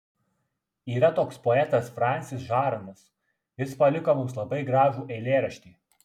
yra toks poetas fransis žarnas jis paliko mums labai gražų eilėraštį